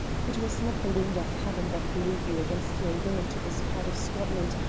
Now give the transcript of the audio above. it was not the winds of heaven that blew you against your will into this part of scotland,